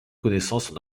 connaissance